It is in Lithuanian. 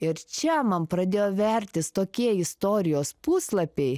ir čia man pradėjo vertis tokie istorijos puslapiai